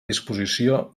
disposició